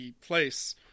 place